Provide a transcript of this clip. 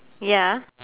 ya